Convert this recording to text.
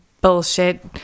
Bullshit